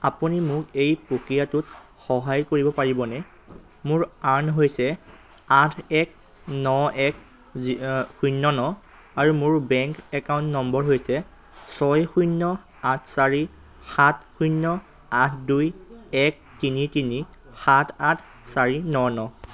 আপুনি মোক এই প্ৰক্ৰিয়াটোত সহায় কৰিব পাৰিবনে মোৰ আৰ্ণ হৈছে আঠ এক ন এক শূন্য ন আৰু মোৰ বেংক একাউণ্ট নম্বৰ হৈছে ছয় শূন্য আঠ চাৰি সাত শূন্য আঠ দুই এক তিনি তিনি সাত আঠ চাৰি ন ন